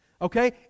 okay